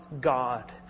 God